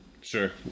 Sure